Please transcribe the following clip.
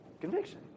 Conviction